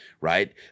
right